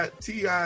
TI